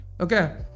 okay